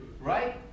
right